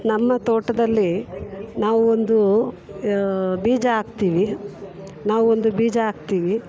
ನಮ್ಮ ತೋಟದಲ್ಲಿ ನಾವು ಒಂದೂ ಬೀಜ ಹಾಕ್ತೀವಿ ನಾವು ಒಂದು ಬೀಜ ಹಾಕ್ತೀವಿ